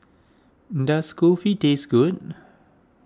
does Kulfi taste good